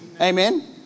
Amen